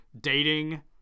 dating